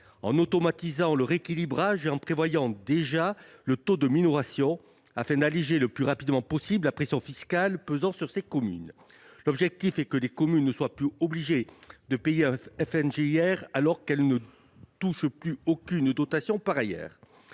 en automatisant le rééquilibrage et en prévoyant déjà le taux de minoration, afin d'alléger le plus rapidement possible la pression fiscale pesant sur ces communes. Les communes ne doivent plus être obligées de payer le FNGIR, alors qu'elles ne touchent plus aucune dotation par ailleurs.